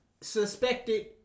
suspected